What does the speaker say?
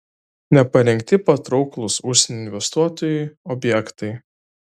neparengti patrauklūs užsienio investuotojui objektai